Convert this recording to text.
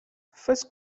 first